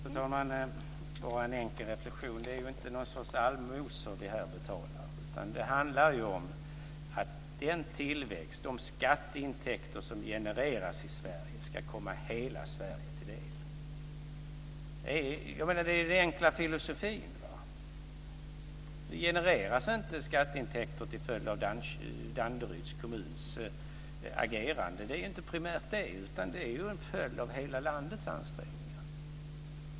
Fru talman! Bara en enkel reflexion. Det är inte ju något slags allmosor vi här betalar. Det handlar ju om att den tillväxt, de skatteintäkter som genereras i Sverige ska komma hela Sverige till del. Det är den enkla filosofin. Det genereras inte skatteintäkter till följd av Danderyds kommuns agerande. Det är inte primärt det. Det är ju en följd av hela landets ansträngningar.